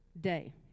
day